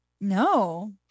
No